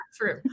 true